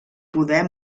poder